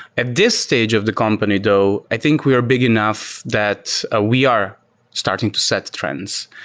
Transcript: at this stage of the company though, i think we are big enough that ah we are starting to set trends.